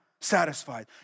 satisfied